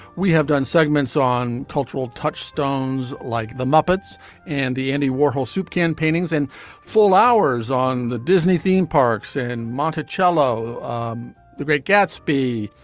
we have done segments on cultural touchstones like the muppets and the andy warhol soup can paintings and full hours on the disney theme parks and monticello um the great gatsby.